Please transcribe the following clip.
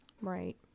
Right